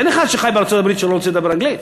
אין אחד שחי בארצות-הברית שלא רוצה לדבר אנגלית,